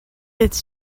its